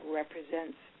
represents